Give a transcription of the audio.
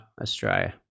Australia